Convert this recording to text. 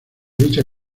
dicha